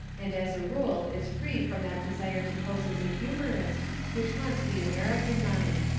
and as a rule is free from that desire to pose as a humourist which haunts the american mind.